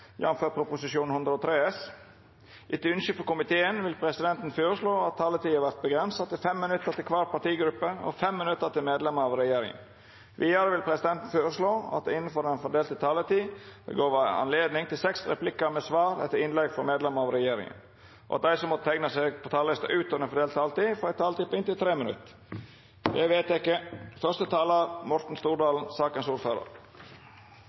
regjeringa. Vidare vil presidenten føreslå at det – innanfor den fordelte taletida – vert gjeve anledning til inntil seks replikkar med svar etter innlegg frå medlemer av regjeringa, og at dei som måtte teikna seg på talarlista utover den fordelte taletida, får ei taletid på inntil 3 minutt. – Det er vedteke.